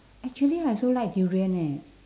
actually I also like durian eh